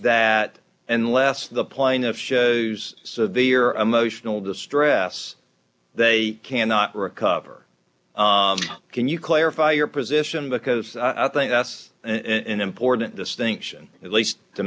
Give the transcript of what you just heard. that unless the plaintiff shows severe emotional distress they cannot recover can you clarify your position because i think that's an important distinction at least to